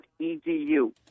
edu